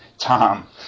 Tom